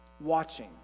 watching